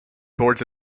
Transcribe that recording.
towards